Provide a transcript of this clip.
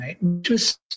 right